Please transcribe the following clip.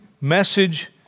message